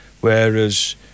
whereas